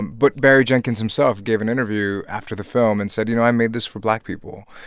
but barry jenkins himself gave an interview after the film and said, you know, i made this for black people,